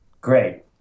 Great